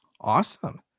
Awesome